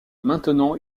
maintenant